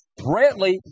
Brantley